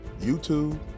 YouTube